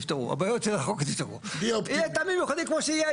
טעמים מיוחדים,